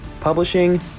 publishing